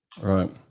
Right